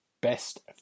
best